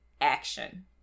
action